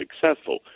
successful